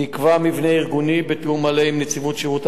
נקבע מבנה ארגוני בתיאום מלא עם נציבות שירות המדינה.